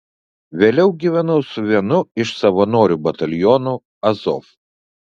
vėliau gyvenau su vienu iš savanorių batalionų azov